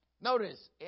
Notice